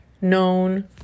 known